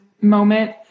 moment